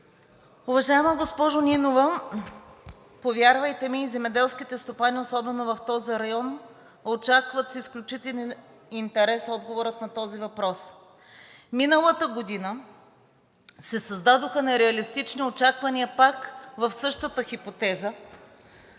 Уважаема госпожо Нинова, повярвайте ми, земеделските стопани, особено в този район, очакват с изключителен интерес отговора на този въпрос. Миналата година се създадоха нереалистични очаквания пак в същата хипотеза.